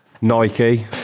Nike